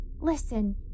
Listen